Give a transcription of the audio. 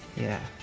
yeah,